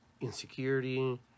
Insecurity